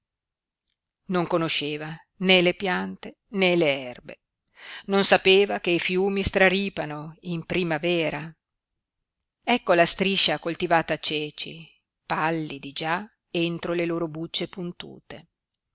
non conosceva né le piante né le erbe non sapeva che i fiumi straripano in primavera ecco la striscia coltivata a ceci pallidi già entro le loro bucce puntute